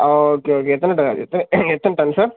ஆ okay okay எத்தனை ட எத்தனை எத்தனை டன் சார்